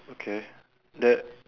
okay that